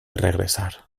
regresar